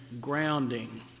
grounding